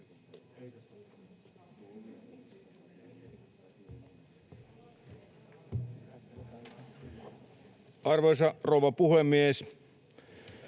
Arvoisa rouva puhemies!